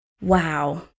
Wow